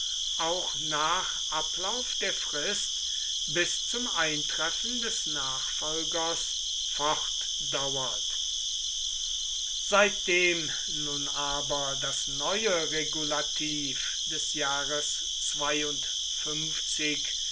auch nach ablauf der frist bis zum eintreffen des nachfolgers fortdauert seitdem nun aber das neue regulativ des jahres